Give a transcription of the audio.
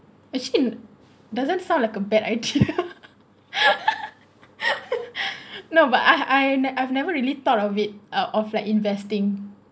actually doesn't sound like a bad idea no but I I I've never really thought of it uh of like investing